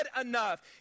enough